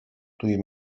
dwi